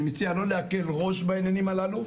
אני מציע לא להקל ראש בעניינים הללו.